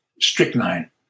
strychnine